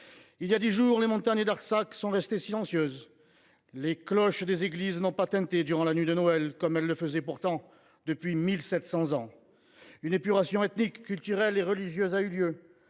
Voilà dix jours, les montagnes d’Artsakh sont restées silencieuses. Les cloches des églises n’ont pas tinté dans la nuit de Noël, comme elles le faisaient pourtant depuis 1 700 ans. Une épuration ethnique, culturelle et religieuse a eu lieu